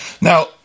Now